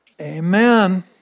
amen